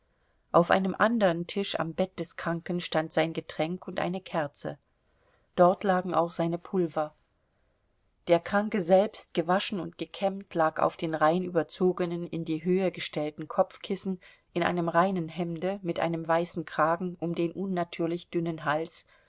auf einem andern tisch am bett des kranken stand sein getränk und eine kerze dort lagen auch seine pulver der kranke selbst gewaschen und gekämmt lag auf den rein überzogenen in die höhe gestellten kopfkissen in einem reinen hemde mit einem weißen kragen um den unnatürlich dünnen hals